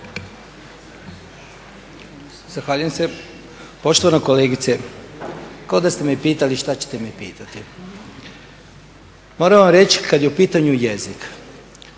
Zahvaljujem se. Poštovana kolegice, kao da ste me pitali šta ćete me pitati. Moram vam reći kad je u pitanju jezik,